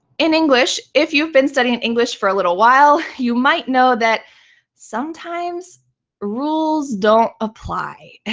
in english, if you've been studying english for a little while, you might know that sometimes rules don't apply.